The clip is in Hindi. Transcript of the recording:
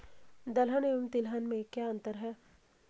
दलहन एवं तिलहन में क्या अंतर है?